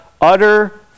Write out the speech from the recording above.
utter